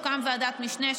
תוקם ועדת משנה,